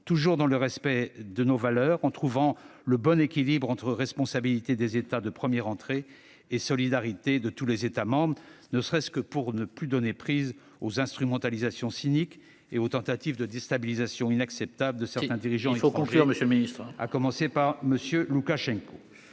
toujours dans le respect de nos valeurs, en trouvant le juste équilibre entre responsabilité des États de première entrée et solidarité de tous les États membres, ne serait-ce que pour ne plus donner prise aux instrumentalisations cyniques et aux tentatives de déstabilisation inacceptables de certains dirigeants étrangers, à commencer par M. Loukachenko.